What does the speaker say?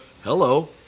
hello